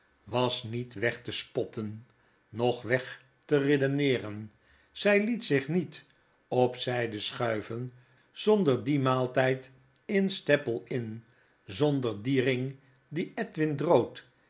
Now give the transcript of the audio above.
was niet weg te spotten nog weg te redeneeren zyliet zich niet op zflde schuiven zonder dien maaltjjd in staple inn zonder dien ring dien edwin drood